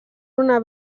una